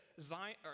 Zion